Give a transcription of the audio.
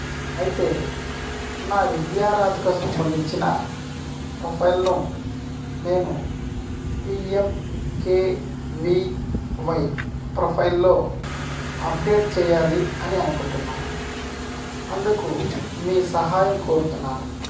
అయితే నా విద్యా అర్హతకు సంబంధించిన ప్రొఫైల్ను నేను పీఎంకేవివై ప్రొఫైల్లో అప్డేట్ చెయ్యాలి అని అనుకుంటున్నాను అందుకు మీ సహాయం కోరుతున్నాను